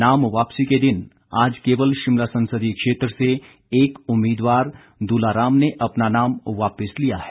नाम वापसी के दिन आज केवल शिमला संसदीय क्षेत्र से एक उम्मीदवार दुलाराम ने अपना नाम वापिस लिया है